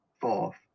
fourth